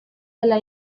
dela